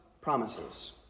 promises